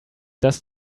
does